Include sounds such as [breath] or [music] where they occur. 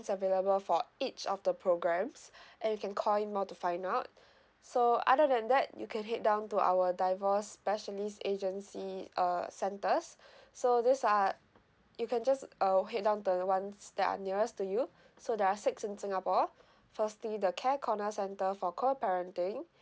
available for each of the programs [breath] and you can call in more to find out so other than that you can head down to our divorce specialist agency uh centres so this are you can just uh head down to the ones that are nearest to you so there are six in singapore firstly the care corner centre for co parenting